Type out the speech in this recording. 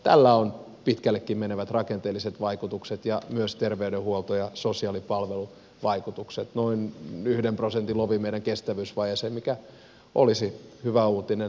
tällä on pitkällekin menevät rakenteelliset vaikutukset ja myös terveydenhuolto ja sosiaalipalveluvaikutukset noin yhden prosentin lovi meidän kestävyysvajeeseen mikä olisi hyvä uutinen